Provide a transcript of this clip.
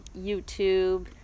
YouTube